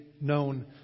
known